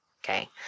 Okay